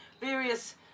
various